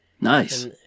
Nice